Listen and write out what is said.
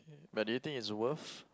but do you think is the worth